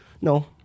no